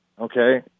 Okay